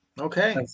Okay